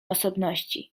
osobności